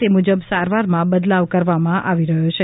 તે મુજબ સારવારમાં બદલાવ કરવામાં આવ્યો છે